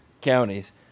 counties